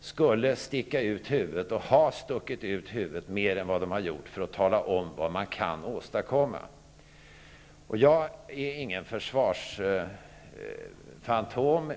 skulle sticka ut huvudet, och de skulle ha stuckit ut huvudet mer än vad de har gjort, för att tala om vad de kan åstadkomma. Jag är ingen försvarsfantom.